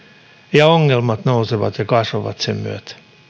ja ongelmat nousevat ja kasvavat sen myötä